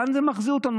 לאן זה מחזיר אותנו?